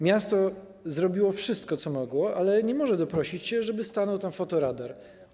Miasto zrobiło wszystko, co mogło, ale nie może doprosić się, żeby stanął tam fotoradar.